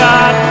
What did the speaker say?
God